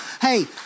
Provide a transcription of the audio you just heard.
Hey